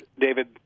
David